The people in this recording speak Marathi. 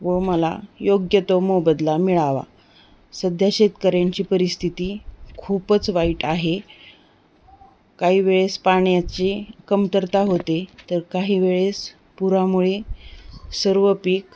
व मला योग्य तो मोबदला मिळावा सध्या शेतकऱ्यांची परिस्थिती खूपच वाईट आहे काही वेळेस पाण्याची कमतरता होते तर काही वेळेस पुरामुळे सर्व पीक